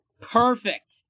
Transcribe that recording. Perfect